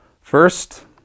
First